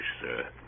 sir